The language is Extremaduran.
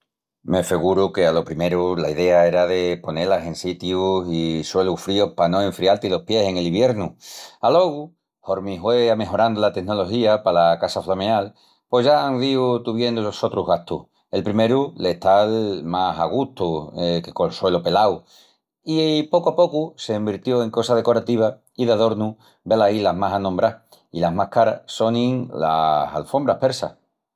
Me feguru que alo primeru la idea era de poné-las en sitius i suelus fríus pa no enfrial-ti los pies en el iviernu. Alogu, hormi hue amejorandu la tenología pala casa flameal, pos ya án díu tuviendu sotrus gastus, el primeru l'estal más a gustu que col suelu pelau i, pocu a pocu, s'envirtió en cosa decorativa i d'adornu i velaí las más anombrás, i las más caras sonin las alfombras persas.